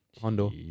Hondo